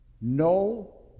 no